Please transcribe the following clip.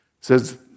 says